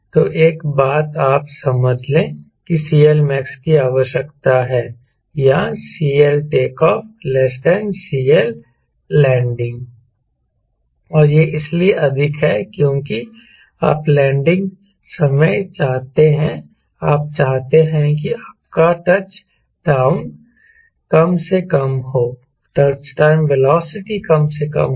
तो एक बात आप समझ लें कि CLmax की आवश्यकता है या CLTO CLLanding और यह इसलिए अधिक है क्योंकि आप लैंडिंग समय चाहते हैं आप चाहते हैं कि आपका टच डाउन वेलोसिटी कम से कम हो